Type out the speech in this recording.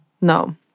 No